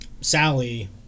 Sally